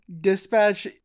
Dispatch